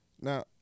now